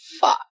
Fuck